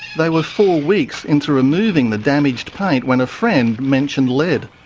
they were four weeks into removing the damaged paint when a friend mentioned lead.